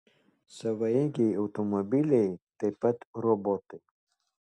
savaeigiai automobiliai taip pat robotai